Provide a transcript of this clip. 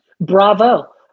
bravo